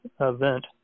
event